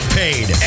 paid